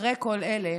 אחרי כל אלה